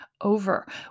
over